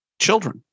children